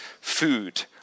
food